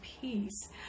peace